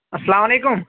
اَسَلام علیکُم